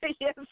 Yes